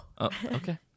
Okay